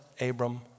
Abram